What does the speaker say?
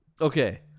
Okay